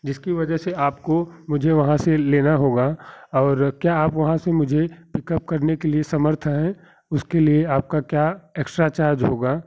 जिसकी वजह से आपको मुझे वहाँ से लेना होगा और क्या आप वहाँ से मुझे पिकअप करने के लिए समर्थ है उसके लिए आपका क्या एक्स्ट्रा चार्ज होगा